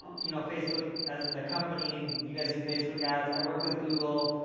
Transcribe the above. you know, facebook as in the company. you guys do facebook ads. i work with google.